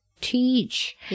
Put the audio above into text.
teach